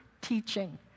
teaching